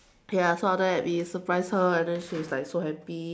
ya so after that we surprised her and then she's like so happy